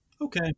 Okay